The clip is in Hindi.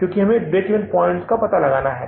कि हमें ब्रेक इवन पॉइंट का कितना पता लगाना है